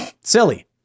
silly